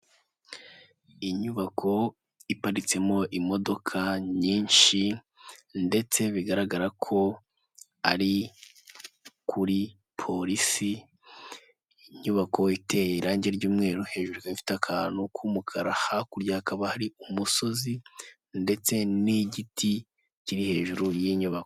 Iinyubako iparitsemo imodoka nyinshi, ndetse bigaragara ko ari kuri polisi, inyubako iteye irangi ry'umweru hejuru ikaba ifite akantu k'umukara, hakurya haakaba hari umusozi, ndetse n'igiti kiri hejuru y'inyubako.